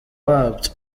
wabyo